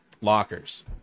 lockers